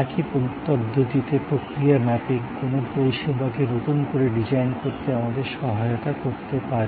একই পদ্ধতিতে প্রক্রিয়া ম্যাপিং কোনও পরিষেবাকে নতুন করে ডিজাইন করতে আমাদের সহায়তা করতে পারে